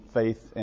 faith